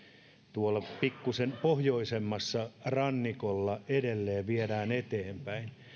tuolla pikkusen pohjoisemmassa rannikolla edelleen viedään eteenpäin